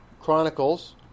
Chronicles